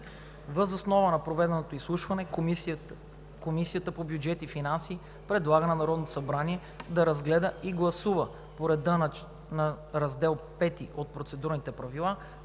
Въз основа на проведеното изслушване Комисията по бюджет и финанси предлага на Народното събрание да разгледа и гласува по реда на Раздел V от Процедурните правила